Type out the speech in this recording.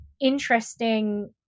interesting